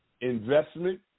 investment